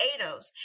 Ados